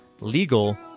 legal